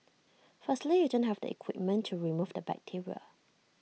firstly you don't have the equipment to remove the bacteria